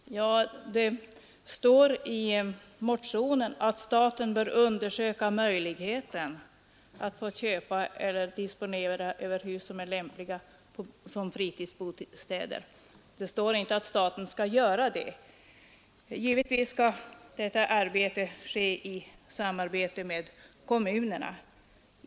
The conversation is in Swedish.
Herr talman! Det står i motionen att staten bör undersöka möjligheten att få köpa eller disponera hus som är lämpliga som fritidsbostäder. Det står inte att staten skall göra det. Givetvis bör det här ske i samarbete med kommunerna.